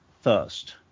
first